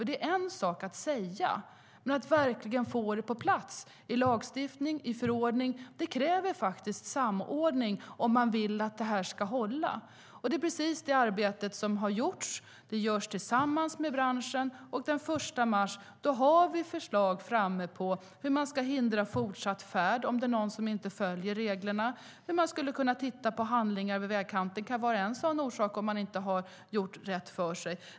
Det är en sak att säga att man ska göra något, men att verkligen få det på plats i lagstiftning, i förordning, kräver faktiskt samordning om man vill att det ska hålla. Det är precis det arbete som har gjorts och som görs. Det görs tillsammans med branschen, och den 1 mars kommer vi att ha förslag framme på hur man ska hindra fortsatt färd om någon inte följer reglerna och på hur man ska kunna titta på handlingar vid vägkanten om någon till exempel inte har gjort rätt för sig.